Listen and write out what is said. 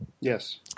yes